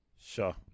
Sure